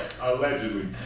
allegedly